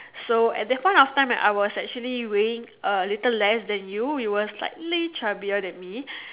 so at that point of time I was actually weighing a little less than you you were like a little chubbier than me